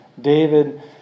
David